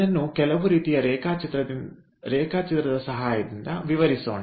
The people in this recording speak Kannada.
ಇದನ್ನು ಕೆಲವು ರೀತಿಯ ರೇಖಾಚಿತ್ರದ ಸಹಾಯದಿಂದ ವಿವರಿಸೋಣ